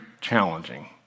challenging